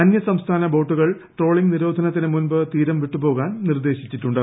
അന്യ സംസ്ഥാന ബോട്ടുകൾ ട്രാളിങ് നിരോധനത്തിന് മുൻപ് തീരം വിട്ടു പോകാൻ നിർദ്ദേശിച്ചിട്ടുണ്ട്